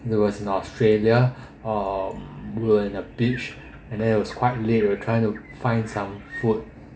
it was in australia um were in a beach and then it was quite late we were trying to find some food